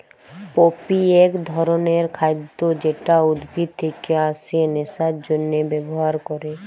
poppy এক ধরণের খাদ্য যেটা উদ্ভিদ থেকে আসে নেশার জন্হে ব্যবহার ক্যরে